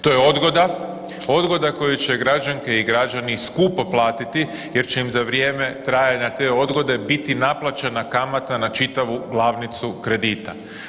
To je odgoda, odgoda koju će građanke i građani skupo platiti jer će im za vrijeme trajanja te odgode biti naplaćena kamata na čitavu glavnicu kredita.